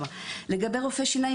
לגבי רופאי שיניים,